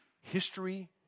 history